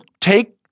take